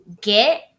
get